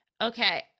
okay